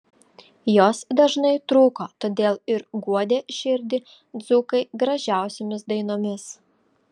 jos dažnai trūko todėl ir guodė širdį dzūkai gražiausiomis dainomis